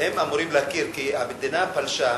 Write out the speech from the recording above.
הם אמורים להכיר, כי המדינה פלשה.